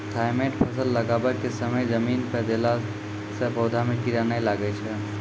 Thimet फ़सल लगाबै के समय जमीन मे देला से पौधा मे कीड़ा नैय लागै छै?